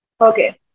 Okay